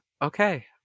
Okay